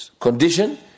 condition